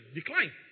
decline